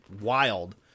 wild